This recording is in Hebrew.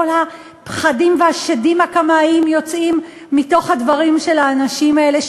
כל הפחדים הקמאיים והשדים יוצאים מתוך הדברים של האנשים האלה,